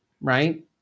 right